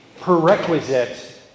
prerequisite